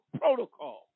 protocol